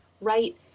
right